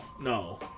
no